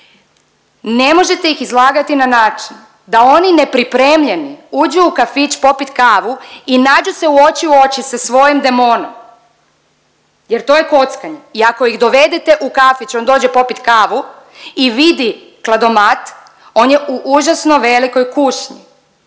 ne možete ih izlagati na način da oni nepripremljeni uđu u kafić popit kavu i nađu se oči u oči sa svojim demonom, jer to je kockanje. I ako ih dovedete u kafić, on dođe popit kavu i vidi kladomat on je u užasno velikoj kušnji.